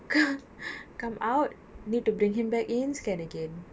ca~ come out need to bring him back in scan again